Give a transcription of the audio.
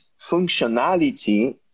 functionality